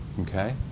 okay